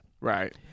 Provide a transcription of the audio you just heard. Right